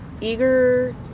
Eager